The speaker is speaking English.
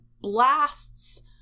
blasts